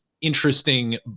interesting